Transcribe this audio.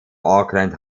auckland